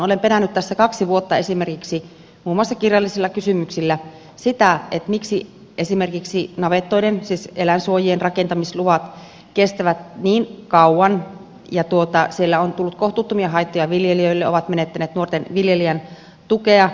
olen perännyt tässä kaksi vuotta esimerkiksi muun muassa kirjallisilla kysymyksillä sitä miksi esimerkiksi navettojen siis eläinsuojien rakentamisluvat kestävät niin kauan ja siellä on tullut kohtuuttomia haittoja viljelijöille on menetetty nuorten viljelijöiden tukea